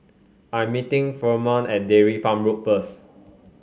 I am meeting Furman at Dairy Farm Road first